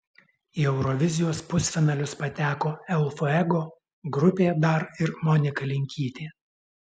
į eurovizijos pusfinalius pateko el fuego grupė dar ir monika linkytė